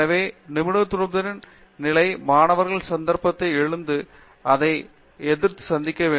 எனவே நிபுணத்துவத்தின் நிலைமாணவர்கள் சந்தர்ப்பத்தை எழுந்து அதை சந்திக்க எதிர்பார்க்கப்படுகிறது